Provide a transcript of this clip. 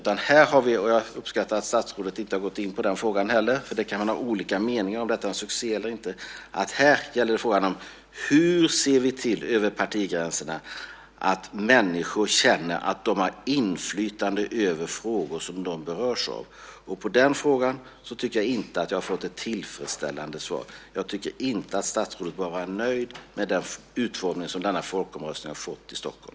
Jag uppskattar att statsrådet inte har gått in på den frågan, för man kan ha olika meningar om ifall detta är en succé eller inte. Här gäller frågan hur vi över partigränserna ser till att människor känner att de har inflytande över frågor som de berörs av. På den frågan tycker jag inte att jag har fått ett tillfredsställande svar. Jag tycker inte att statsrådet bör vara nöjd med den utformning som denna folkomröstning har fått i Stockholm.